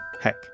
heck